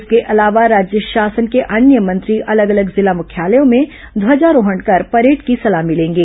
इसके अलावा राज्य शासन के अन्य मंत्री अलग अलग जिला मुख्यालयों में ध्वजारोहण कर परेड की सलामी लेंगे